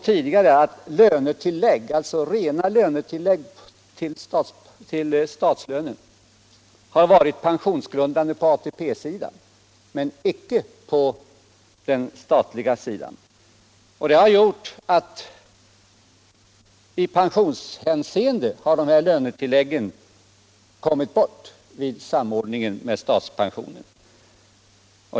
Tidigare har tillägg till statslönen varit pensionsgrundande på ATP-sidan men icke på den statliga sidan, och det har gjort att lönetilläggen har försvunnit i pensionshänseende vid samordningen med statspensionen.